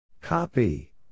Copy